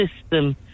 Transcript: system